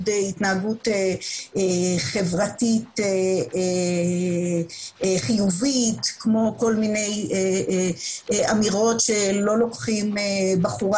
התנהגות חברתית חיובית כמו כל מיני אמירות שלא לוקחים בחורה